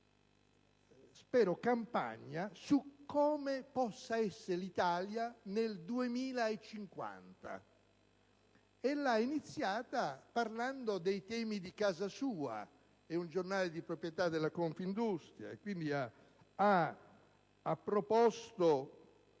una campagna su come possa essere l'Italia nel 2050. Ha esordito parlando dei temi di casa sua; si tratta di un giornale di proprietà della Confindustria, quindi ha proposto